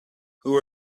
who